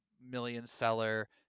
million-seller